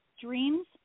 dreams